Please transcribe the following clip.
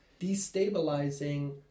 destabilizing